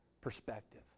perspective